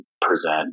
present